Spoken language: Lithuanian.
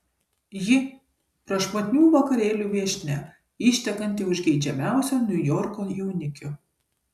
ji prašmatnių vakarėlių viešnia ištekanti už geidžiamiausio niujorko jaunikio